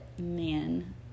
man